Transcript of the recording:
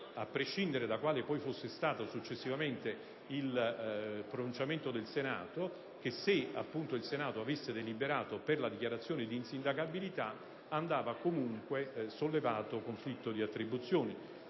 a prescindere da quale fosse stato successivamente il pronunciamento del Senato, che se il Senato avesse deliberato per la dichiarazione di insindacabilità andava comunque sollevato conflitto di attribuzioni.